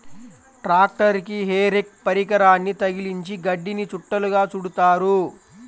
ట్రాక్టరుకి hay rake పరికరాన్ని తగిలించి గడ్డిని చుట్టలుగా చుడుతారు